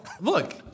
Look